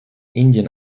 indien